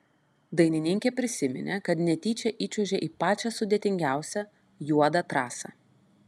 dainininkė prisiminė kad netyčia įčiuožė į pačią sudėtingiausią juodą trasą